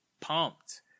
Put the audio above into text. pumped